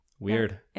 Weird